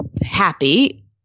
happy